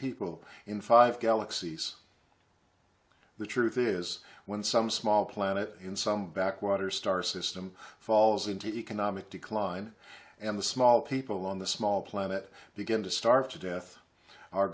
people in five galaxies the truth is when some small planet in some backwater star system falls into economic decline and the small people on the small planet begin to starve to death